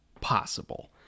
possible